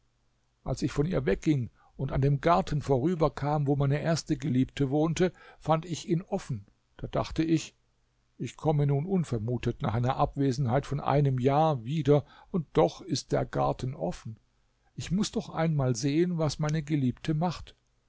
als ich von ihr wegging und an dem garten vorüberkam wo meine erste geliebte wohnte fand ich ihn offen da dachte ich ich komme nun unvermutet nach einer abwesenheit von einem jahr wieder und doch ist der garten offen ich muß doch einmal sehen was meine geliebte macht